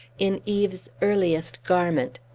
in eve's earliest garment.